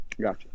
Gotcha